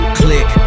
click